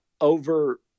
over